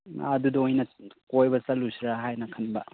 ꯑꯗꯨꯗ ꯑꯣꯏꯅ ꯀꯣꯏꯕ ꯆꯠꯂꯨꯁꯤꯔꯥ ꯍꯥꯏꯅ ꯈꯟꯕ